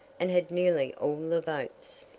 and had nearly all the votes.